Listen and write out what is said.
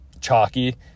chalky